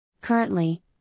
Currently